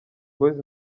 boyz